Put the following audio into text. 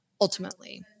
ultimately